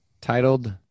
Titled